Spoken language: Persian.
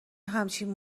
همچین